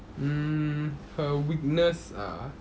mm her weakness ah